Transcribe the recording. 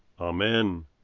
Amen